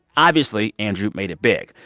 obviously, andrew made it big.